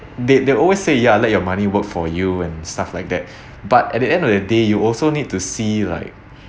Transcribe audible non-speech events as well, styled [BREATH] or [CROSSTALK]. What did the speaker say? they they always say ya let your money work for you and stuff like that [BREATH] but at the end of the day you also need to see like